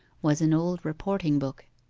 was an old reporting-book.